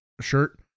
shirt